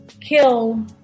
kill